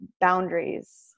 boundaries